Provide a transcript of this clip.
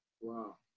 Wow